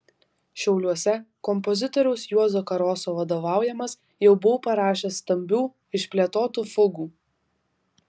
šiauliuose kompozitoriaus juozo karoso vadovaujamas jau buvau parašęs stambių išplėtotų fugų